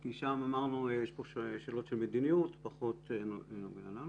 כי אמרנו שיש שם שאלות של מדיניות וזה פחות נוגע לנו.